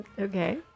Okay